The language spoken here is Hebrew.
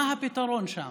מה הפתרון שם?